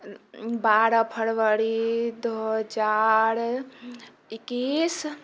बारह फरबरी दो हजार इक्कैस